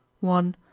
one